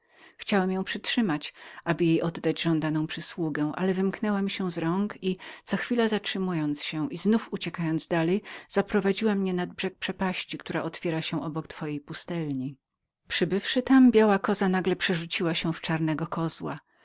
chciałem ją przytrzymać aby jej oddać żądaną przysługę ale wymknęła się z moich rąk i co chwila zatrzymując się i uciekając dalej zaprowadziła mnie na brzeg przepaści tuż obok twojej pustelni przybywszy tam biała koza nagle przerzuciła się w czarnego kozła